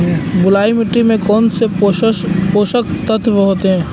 बलुई मिट्टी में कौनसे पोषक तत्व होते हैं?